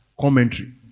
Commentary